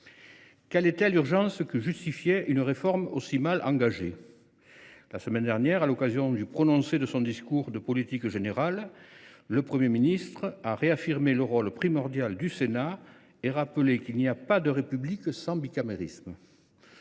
Quelle urgence justifiait une réforme aussi mal engagée ? La semaine dernière, dans son discours de politique générale, le Premier ministre Gabriel Attal a réaffirmé le rôle primordial du Sénat et rappelé qu’il n’y a pas de République sans bicamérisme.